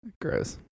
Gross